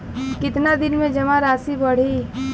कितना दिन में जमा राशि बढ़ी?